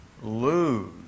lose